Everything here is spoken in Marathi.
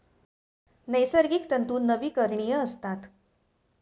नैसर्गिक तंतू नवीकरणीय असतात